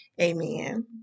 Amen